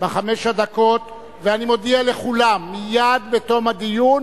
בחמש הדקות, ואני מודיע לכולם, מייד בתום הדיון